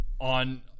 on